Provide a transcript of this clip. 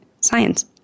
science